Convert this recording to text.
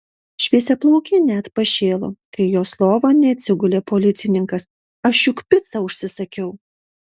šviesiaplaukė net pašėlo kai į jos lovą neatsigulė policininkas aš juk picą užsisakiau